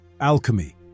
Alchemy